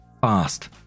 Fast